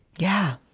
yeah,